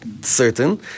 Certain